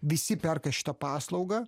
visi perka šitą paslaugą